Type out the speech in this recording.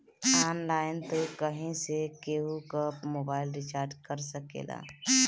online तू कहीं से केहू कअ मोबाइल रिचार्ज कर सकेला